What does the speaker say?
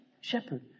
shepherd